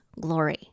glory